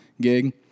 gig